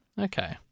Okay